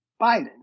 Biden